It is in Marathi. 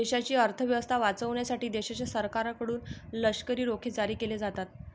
देशाची अर्थ व्यवस्था वाचवण्यासाठी देशाच्या सरकारकडून लष्करी रोखे जारी केले जातात